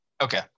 Okay